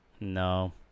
No